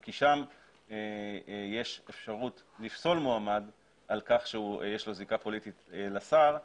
כי שם יש אפשרות לפסול מועמד על כך שיש לו זיקה פוליטית לשר,